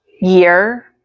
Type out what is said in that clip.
year